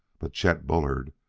but chet bullard,